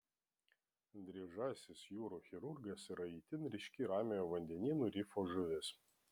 dryžasis jūrų chirurgas yra itin ryški ramiojo vandenyno rifų žuvis